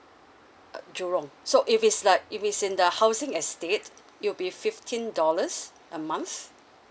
uh jurong so if it's like if it's in the housing estate it'll be fifteen dollars a month